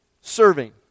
Serving